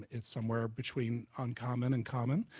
it's somewhere between uncommon and common.